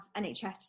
NHS